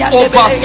over